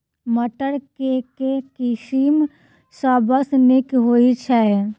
मटर केँ के किसिम सबसँ नीक होइ छै?